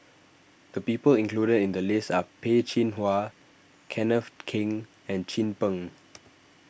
the people included in the list are Peh Chin Hua Kenneth Keng and Chin Peng